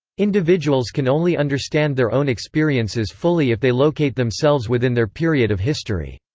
individuals can only understand their own experiences fully if they locate themselves within their period of history.